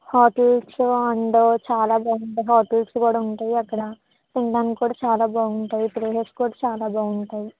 hotels and చాలా పెద్ద hotels కూడా ఉంటాయి అక్కడ తినడానికి కూడా చాలా బాగుంటాయి ప్లేసెస్ కూడా చాలా బాగుంటాయి